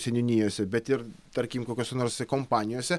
seniūnijose bet ir tarkim kokiose nors kompanijose